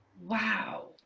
Wow